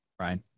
Right